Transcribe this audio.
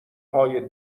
های